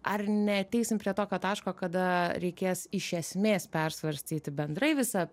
ar neateisim prie tokio taško kada reikės iš esmės persvarstyti bendrai visą